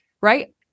right